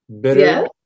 bitter